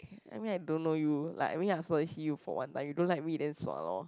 I mean I don't know you like I mean I only see you for one time you don't like me then sua lor